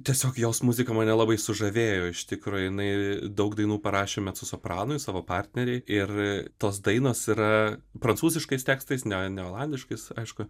tiesiog jos muzika mane labai sužavėjo iš tikro jinai daug dainų parašė mecosopranui savo partnerei ir tos dainos yra prancūziškais tekstais ne ne olandiškais aišku